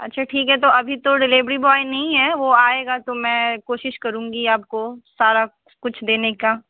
अच्छा ठीक है तो अभी तो डिलेवरी बॉय नहीं है वो आएगा तो मैं कोशिश करूँगी आपको सारा कुछ देने का